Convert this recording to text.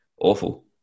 awful